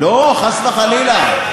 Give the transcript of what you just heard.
לא, חס וחלילה.